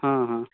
हाँ हाँ